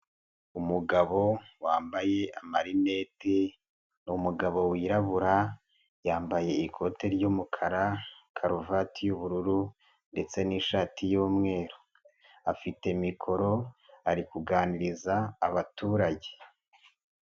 Umugabo wambaye amarinete ni umugabo wirabura yambaye ikote ry'umukara, karuvati y'ubururu ndetse n'ishati y'umweru. Afite mikoro ari kuganiriza abaturage.